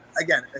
Again